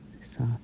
soft